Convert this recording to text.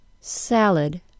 Salad